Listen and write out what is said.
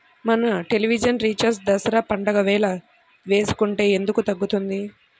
మన television recharge Dasara పండగ వేళ వేసుకుంటే ఎందుకు తగ్గుతుంది?